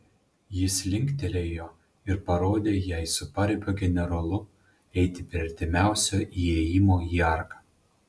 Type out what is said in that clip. jis linktelėjo ir parodė jai su paribio generolu eiti prie artimiausio įėjimo į arką